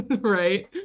Right